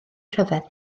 rhyfedd